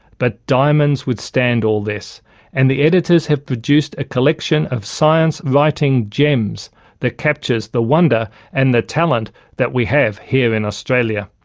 but diamonds withstand all this and the editors have produced a collection of science-writing gems that captures the wonder and the talent that we have here in australia.